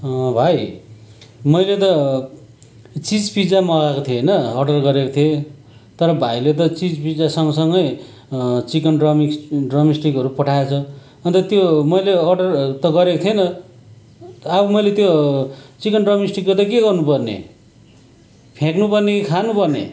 भाइ मैले त चिज पिजा मगएको थिएँ हैन अर्डर गरेको थिएँ तर भाइले त चिज पिजा सँगसँगै चिकन ड्रमिस ड्रमिस्टिकहरू पठाएछ अन्त त्यो मैले अर्डर त गरेको थिइनँ अब मैले त्यो चिकन ड्रमिस्टिकको त के गर्नु पर्ने फ्याँक्नु पर्ने कि खानु पर्ने